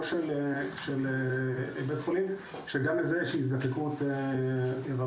של בית חולים שגם לזה יש הזדקקות רבה.